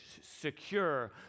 secure